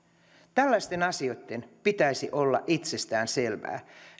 tällaisten asioitten pitäisi olla itsestäänselviä